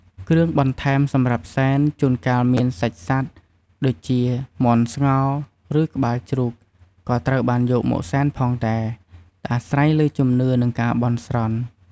គ្រឿងបន្ថែមសម្រាប់សែន ជួនកាលមានសាច់សត្វដូចជា មាន់ស្ងោរ ឬក្បាលជ្រូក ក៏ត្រូវបានយកមកសែនផងដែរ អាស្រ័យលើជំនឿ និងការបន់ស្រន់។